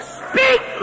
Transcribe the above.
speak